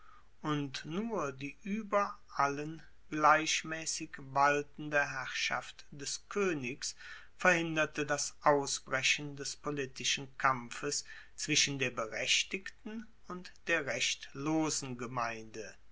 und nur die ueber allen gleichmaessig waltende herrschaft des koenigs verhinderte das ausbrechen des politischen kampfes zwischen der berechtigten und der rechtlosen gemeinde